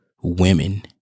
women